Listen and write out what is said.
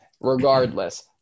regardless